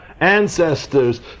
ancestors